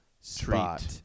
spot